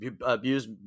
abuse